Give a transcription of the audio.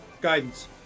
guidance